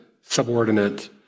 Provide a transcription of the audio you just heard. subordinate